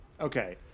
Okay